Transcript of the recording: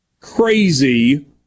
crazy